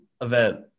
event